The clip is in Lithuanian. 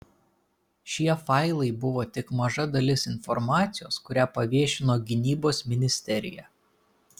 šie failai buvo tik maža dalis informacijos kurią paviešino gynybos ministerija